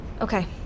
Okay